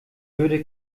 würde